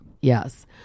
yes